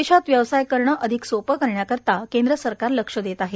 देशात व्यवसाय करणं अधिक सोपं करण्याकरिता केंद्र सरकार लक्ष देत आहे